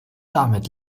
damit